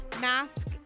Mask